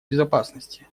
безопасности